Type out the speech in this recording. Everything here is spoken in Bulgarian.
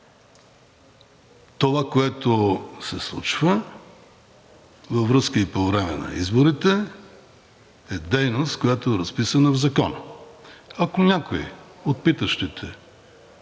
Това, което се случва във връзка и по време на изборите, е дейност, която е разписана в Закона. Ако някой от питащите